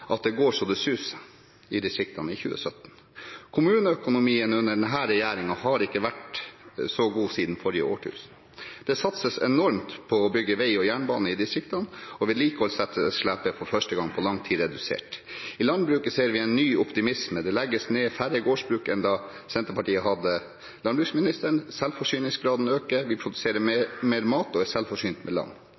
at det går så det suser i distriktene i 2017. Kommuneøkonomien under denne regjeringen har ikke vært så god siden forrige årtusen. Det satses enormt på å bygge vei og jernbane i distriktene, og vedlikeholdsetterslepet er for første gang på lang tid redusert. I landbruket ser vi en ny optimisme. Det legges ned færre gårdsbruk enn da Senterpartiet hadde landbruksministeren. Selvforsyningsgraden øker, vi produserer mer mat og er selvforsynt med